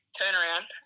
turnaround